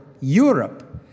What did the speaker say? Europe